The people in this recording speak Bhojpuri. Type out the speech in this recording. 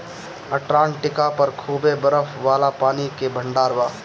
अंटार्कटिक पर खूबे बरफ वाला पानी के भंडार बा